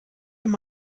wenn